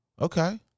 Okay